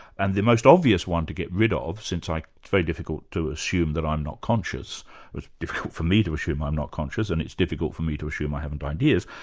and the most obvious one to get rid of, since it's very difficult to assume that i'm not conscious, it's difficult for me to assume i'm not conscious and it's difficult for me to assume i haven't ideas,